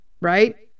right